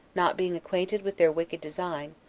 not being acquainted with their wicked design,